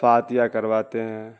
فاتحہ کرواتے ہیں